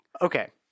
Okay